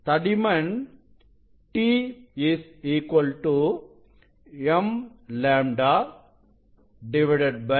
தடிமன் t m λ 2 µ 1